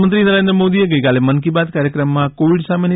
પ્રધાનમંત્રી નરેન્દ્ર મોદીએ ગઈકાલે મન કી બાત કાર્યક્રમમાં કોવીડ સામેની